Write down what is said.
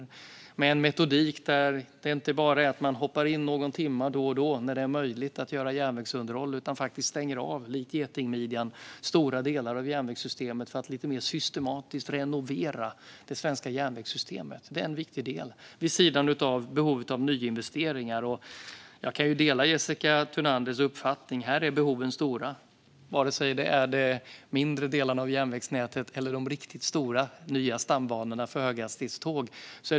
Vi kommer att använda en metodik där det inte bara är att hoppa in någon timma då och då när det är möjligt att göra järnvägsunderhåll. I stället stänger man, som vid Getingmidjan, av stora delar för att mer systematiskt renovera det svenska järnvägssystemet. Detta är en viktig del vid sidan av behovet av nyinvesteringar. Jag kan dela Jessica Thunanders uppfattning om att behoven är stora, oavsett om det gäller de mindre delarna av järnvägsnätet eller de riktigt stora nya stambanorna för höghastighetståg.